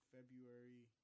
February